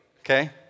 okay